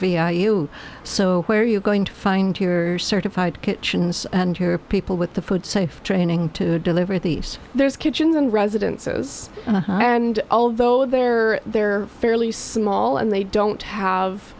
you so where are you going to find your certified kitchens and here are people with the food safety training to deliver these there's kitchens and residences and although they're they're fairly small and they don't have